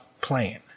plan